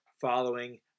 following